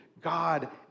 God